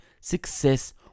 success